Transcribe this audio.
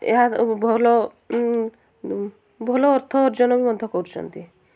ଏହା ଭଲ ଭଲ ଅର୍ଥ ଅର୍ଜନ ବି ମଧ୍ୟ କରୁଛନ୍ତି